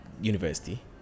university